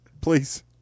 Please